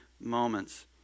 moments